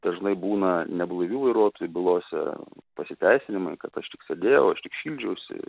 dažnai būna neblaivių vairuotojų bylose pasiteisinimai kad aš tik sėdėjau aš tik šildžiausi